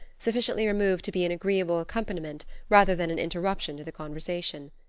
sufficiently removed to be an agreeable accompaniment rather than an interruption to the conversation.